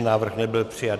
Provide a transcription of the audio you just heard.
Návrh nebyl přijat.